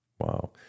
Wow